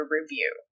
review